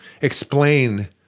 explain